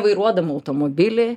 vairuodama automobilį